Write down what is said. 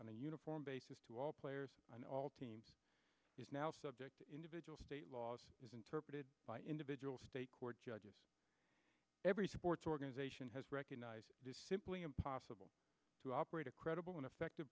on a uniform basis to all players and all teams is now subject to individual state laws as interpreted by individual state court judges every sports organization has recognized simply impossible to operate a credible an effect